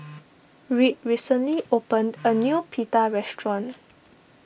Reed recently opened a new Pita restaurant